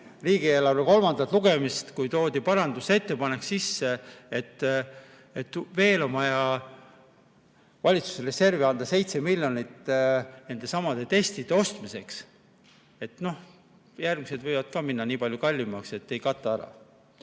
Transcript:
riigieelarve kolmandat lugemist, kui toodi sisse parandusettepanek, et veel on vaja valitsuse reservi anda 7 miljonit nendesamade testide ostmiseks. Järgmised võivad ka minna nii palju kallimaks, et ei kata ära. Ma